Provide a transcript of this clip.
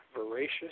Voracious